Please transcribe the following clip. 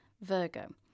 Virgo